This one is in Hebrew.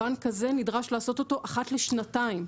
הבנק הזה נדרש לעשות אותו אחת לשנתיים.